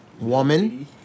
woman